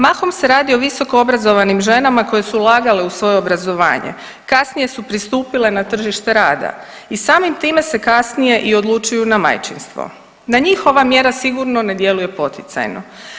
Mahom se radi o visokoobrazovanim ženama koje su ulagale u svoje obrazovanje, kasnije su pristupile na tržište rada i samim time se kasnije i odlučuju na majčinstvo, na njih ova mjera sigurno ne djeluje poticajno.